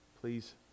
Please